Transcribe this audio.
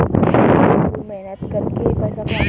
मजदूर मेहनत करके पैसा कमाते है